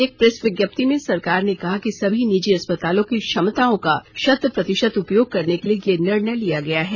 एक प्रेस विज्ञप्ति में सरकार ने कहा कि सभी निजी अस्पतालों की क्षमताओं का शत प्रतिशत उपयोग करने के लिए यह निर्णय लिया गया है